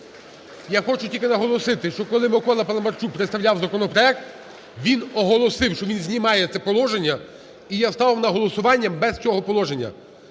Я хочу тільки наголосити, що коли Микола Паламарчук представляв законопроект, він оголосив, що він знімає це положення. І я ставив на голосування без цього положення.